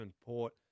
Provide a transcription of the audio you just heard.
Port